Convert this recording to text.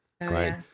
right